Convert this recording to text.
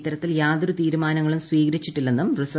ഇത്തരത്തിൽ യാതൊരു തീരുമാനങ്ങളും സ്ഥീകരിച്ചിട്ടില്ലെന്നും ആർ